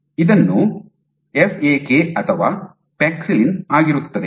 ಇದು F A K ಅಥವಾ ಪ್ಯಾಕ್ಸಿಲಿನ್ ಆಗಿರುತ್ತದೆ